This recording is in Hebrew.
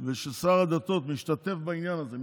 וששר הדתות משתתף בעניין הזה,